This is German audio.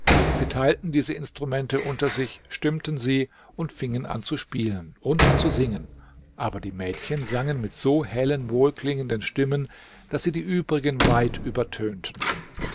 sie teilten diese instrumente unter sich stimmten sie und fingen an zu spielen und zu singen aber die mädchen sangen mit so hellen wohlklingenden stimmen daß sie die übrigen weit übertönten